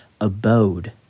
abode